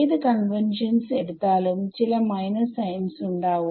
ഏത് കൺവെൻഷൻസ് എടുത്താലും ചില മൈനസ് സൈൻസ് ഉണ്ടാവും